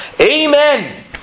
Amen